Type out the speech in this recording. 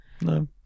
No